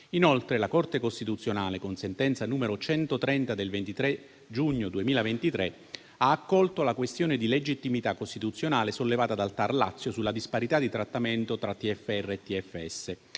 Inoltre, la Corte costituzionale, con sentenza n. 130 del 23 giugno 2023, ha accolto la questione di legittimità costituzionale sollevata dal TAR Lazio sulla disparità di trattamento tra TFR e TFS.